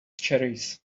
cherries